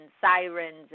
sirens